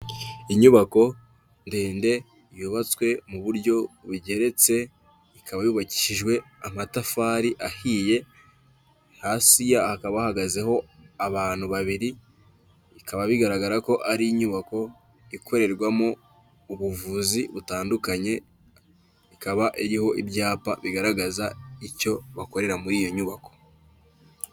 Inyubako ndende yubatswe mu buryo bugeretse, ikaba yubakishijwe amatafari ahiye, hasi hakaba hahagazeho abantu babiri, bikaba bigaragara ko ari inyubako ikorerwamo ubuvuzi butandukanye, ikaba iriho ibyapa bigaragaza icyo bakorera muri iyo nyubako.